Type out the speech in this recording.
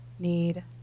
Need